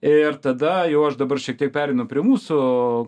ir tada jau aš dabar šiek tiek pereinu prie mūsų